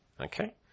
okay